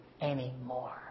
anymore